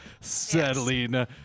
settling